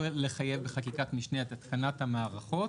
לחייב בחקיקת משנה את התקנת המערכות,